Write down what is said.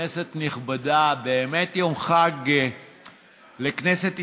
כנסת נכבדה, באמת יום חג לכנסת ישראל,